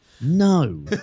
no